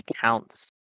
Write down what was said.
counts